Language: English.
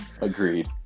agreed